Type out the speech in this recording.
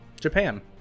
Japan